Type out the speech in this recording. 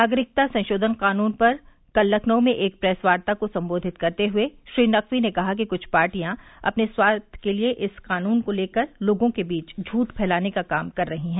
नागरिकता संशोधन कानून पर कल लखनऊ में एक प्रेस वार्ता को संबोधित करते हुए श्री नकवी ने कहा कि कुछ पार्टियां अपने स्वार्थ के लिए इस कानून को लेकर लोगों के बीच झूठ फैलाने का काम कर रही हैं